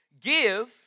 Give